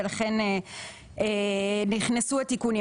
ולכן נכנסו התיקונים.